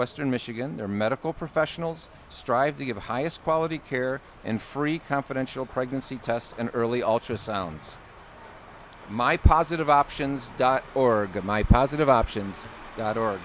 western michigan their medical professionals strive to give the highest quality care and free confidential pregnancy tests and early alter sounds my positive options dot org of my positive options dot or